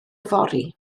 fory